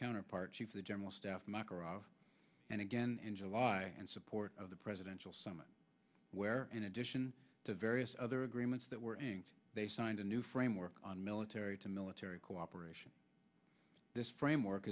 counterpart the general staff makarov and again in july and support of the presidential summit where in addition to various other agreements that were signed a new framework on military to military cooperation this framework